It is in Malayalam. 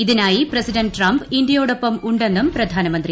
ഇതിനായി പ്രസിഡന്റ് ട്രംപ് ഇന്ത്യോടൊപ്പം ഉണ്ടെന്നും പ്രധാനമന്ത്രി